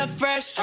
fresh